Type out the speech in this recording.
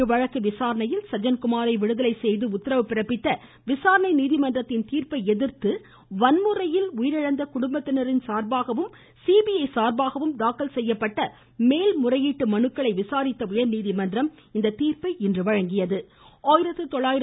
இவ்வழக்கு விசாரணையில் சஜன்குமாரை விடுதலை செய்து உத்தரவு பிறப்பித்த விசாரணை நீதிமன்றத்தின் தீர்ப்பை எதிர்த்து வன்முறையில் உயிரிழந்த குடும்பத்தினரின் சார்பாகவும் சிபிஐ சார்பாகவும் தாக்கல் செய்யப்பட்ட மேல்முறையீட்டு மனுவை விசாரித்த உயர்நீதிமன்றம் இத்தீர்ப்பை வழங்கியுள்ளது